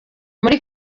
muri